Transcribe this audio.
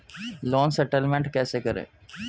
Loan settlement कैसे करें?